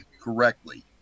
correctly